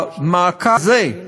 המעקב המשפיל והמבזה